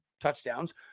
touchdowns